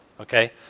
okay